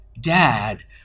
Dad